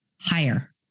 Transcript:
higher